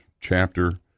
chapter